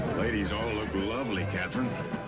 ladies all look lovely, katherine.